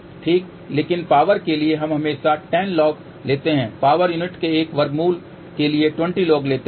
ठीक लेकिन पावर के लिए हम हमेशा 10 log लेते हैं पावर यूनिट के एक वर्गमूल के लिए 20 log लेते हैं